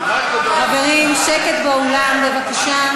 חברים, שקט באולם, בבקשה.